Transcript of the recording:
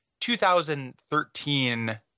2013